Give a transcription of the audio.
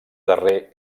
darrer